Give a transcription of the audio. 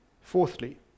Fourthly